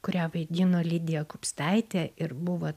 kurią vaidino lidija kupstaitė ir buvo